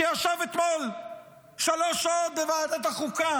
שישב אתמול שלוש שעות בוועדת החוקה